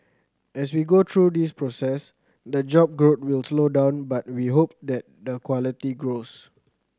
as we go through this process the job growth will slow down but we hope that the quality grows